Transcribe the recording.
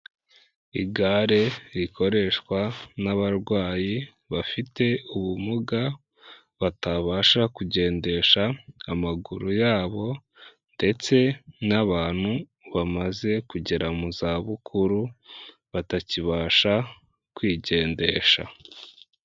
Igare rikoreshwa n'abarwayi bafite ubumuga batabasha kugendesha amaguru yabo, ndetse n'abantu bamaze kugera mu za bukuru batakibasha kwigendesha.